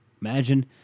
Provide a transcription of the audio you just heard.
Imagine